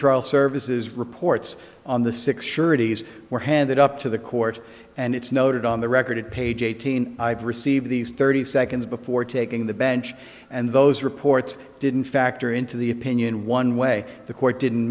services reports on the six surety s were handed up to the court and it's noted on the record page eighteen i've received these thirty seconds before taking the bench and those reports didn't factor into the opinion one way the court didn't